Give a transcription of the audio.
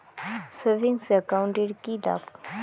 Savings account এর কি লাভ?